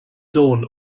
dorn